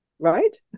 Right